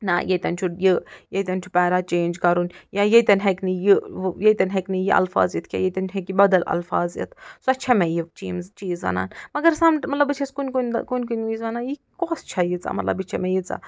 نَہ ییٚتٮ۪ن چھُ یہِ ییٚتٮ۪ن چھُ پٮ۪را چینٛج کَرُن یا ییٚتٮ۪ن ہٮ۪کہِ نہٕ یہِ ییٚتٮ۪ن ہٮ۪کہِ نہٕ الفاظ یِتھ کیٚنٛہہ ییٚتٮ۪ن ہیٚکہِ بدل اِتھ سۄ چھِ مےٚ یہِ چیٖمٕز چیٖز وَنان مگر سم مطلب بہٕ چھَس کُنہِ کُنہِ دۄہ کُنہِ کُنہِ وِزِ وَنان یہِ کۄس چھےٚ ییٖژاہ مطلب یہِ چھےٚ ییٖژاہ